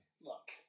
look